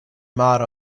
motto